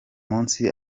munsi